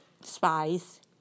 spice